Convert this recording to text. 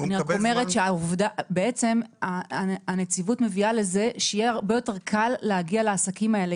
אני רק אומרת שהנציבות מביאה לזה שיהיה הרבה יותר קל להגיע לעסקים האלה.